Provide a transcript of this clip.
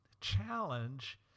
challenge